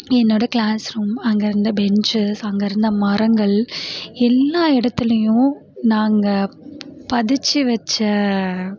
என்னோடய classroom அங்கேருந்த benches அங்கேருந்த மரங்கள் எல்லா இடத்துலியும் நான் அங்கே பதிச்சு வச்ச